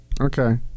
Okay